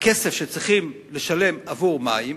הכסף שצריכים לשלם עבור מים